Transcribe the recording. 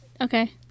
Okay